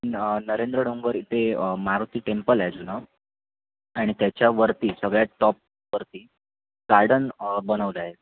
न नरेंद्र डोंगर इथे मारुती टेम्पल आहे जुनं आणि त्याच्यावरती सगळ्यात टॉपवरती गार्डन बनवलं आहे